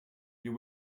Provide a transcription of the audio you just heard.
you